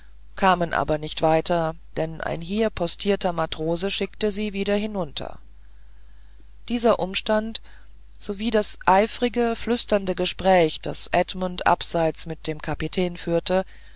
kamen aber nicht weiter denn ein hier postierter matrose schickte sie wieder hinunter dieser umstand sowie das eifrige flüsternde gespräch das edmund abseits mit dem kapitän führte